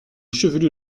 chevelu